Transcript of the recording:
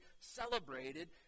celebrated